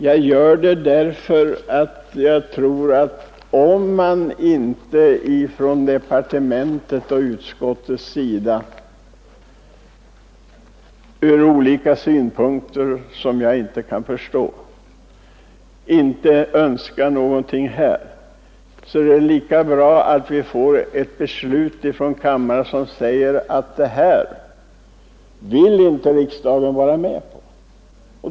Jag gör det därför att jag tror att det, om departementet och utskottet av anledningar som jag inte kan förstå inte önskar något resultat i denna fråga, kan vara bra att få ett beslut i kammaren som klart anger detta.